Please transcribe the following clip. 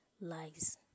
lies